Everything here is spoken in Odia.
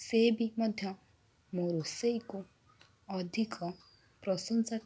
ସେ ବି ମଧ୍ୟ ମୋ ରୋଷେଇକୁ ଅଧିକ ପ୍ରଶଂସା